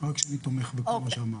רק שאני תומך בכל מה שאמרת.